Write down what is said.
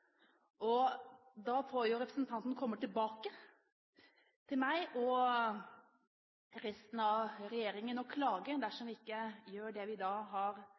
Da får representanten komme tilbake til meg og resten av regjeringen og klage dersom vi ikke gjør det vi har